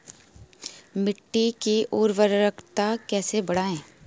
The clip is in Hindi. मिट्टी की उर्वरकता कैसे बढ़ायें?